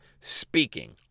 speaking